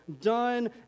done